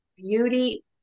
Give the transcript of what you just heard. beauty